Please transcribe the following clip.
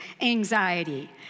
anxiety